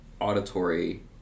auditory